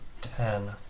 Ten